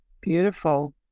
Beautiful